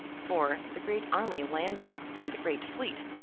for, the great army landing from the great fleet,